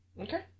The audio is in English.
Okay